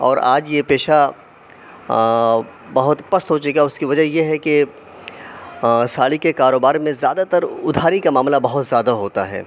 اور آج یہ پیشہ بہت پست ہو چُکا اُس کی وجہ یہ ہے کہ ساڑی کے کاروبار میں زیادہ تر اُدھاری کا معاملہ بہت زیادہ ہوتا ہے